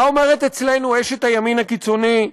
מה אומרת אצלנו אשת הימין הקיצוני,